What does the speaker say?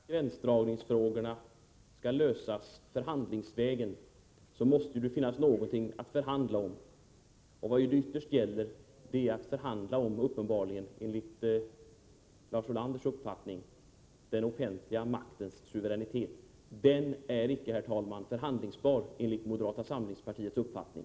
Herr talman! Om man har den uppfattningen att gränsdragningsfrågorna skall lösas förhandlingsvägen, måste det finnas något att förhandla om. Det gäller uppenbarligen, enligt Lars Ulanders uppfattning, att förhandla om den offentliga maktens suveränitet. Den är icke, herr talman, förhandlingsbar enligt moderata samlingspartiets uppfattning.